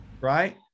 right